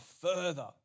further